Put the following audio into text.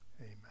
amen